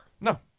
no